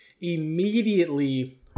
immediately